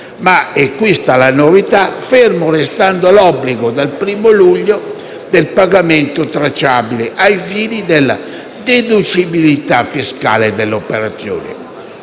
ma - e qui sta la novità - fermo restando l'obbligo dal 1° luglio del pagamento tracciabile, ai fini della deducibilità fiscale dell'operazione.